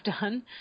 done